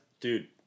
dude